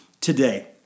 today